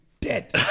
dead